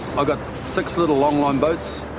got six little long-line boats,